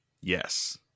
Yes